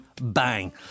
bang